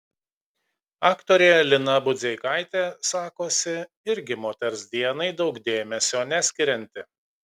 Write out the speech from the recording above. aktorė lina budzeikaitė sakosi irgi moters dienai daug dėmesio neskirianti